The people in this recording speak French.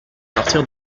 partir